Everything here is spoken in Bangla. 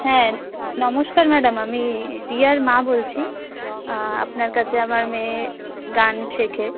হ্যাঁ নমস্কার ম্যাডাম আমি রিয়ার মা বলছি আপনার কাছে আমার মেয়ে গান শেখে